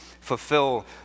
fulfill